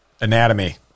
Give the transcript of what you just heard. anatomy